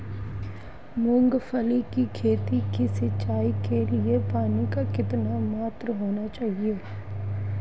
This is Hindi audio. मूंगफली की खेती की सिंचाई के लिए पानी की कितनी मात्रा होनी चाहिए?